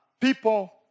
people